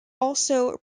also